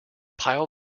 pile